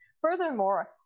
Furthermore